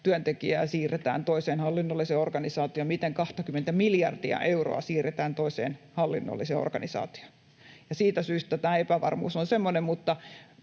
työntekijää siirretään toiseen hallinnolliseen organisaatioon, miten 20 miljardia euroa siirretään toiseen hallinnolliseen organisaatioon. Siitä syystä tämä epävarmuus on semmoinen,